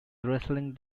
wrestling